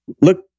look